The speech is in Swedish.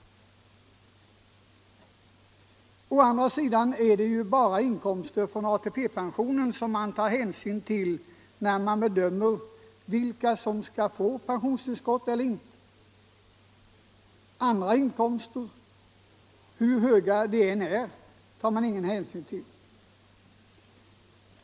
Å andra sidan är det bara inkomster från ATP-pension som man tar hänsyn till vid bedömningen av vilka som skall få pensionstillskott. Andra inkomster — hur höga de än är — tar man ingen hänsyn till.